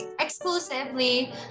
exclusively